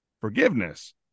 forgiveness